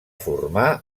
formar